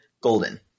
golden